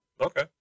okay